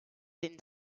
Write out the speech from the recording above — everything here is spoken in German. den